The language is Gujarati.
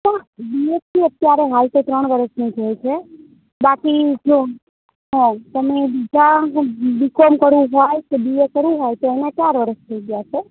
પણ બી એસ સી અત્યારે હાલ તો ત્રણ વર્ષનું જ હોય છે બાકી જો હા તમે બીજા બી કોમ કરવું હોય કે બી એ કરવું હોય તો એને ચાર વર્ષ થઇ ગયાં છે